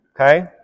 okay